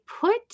put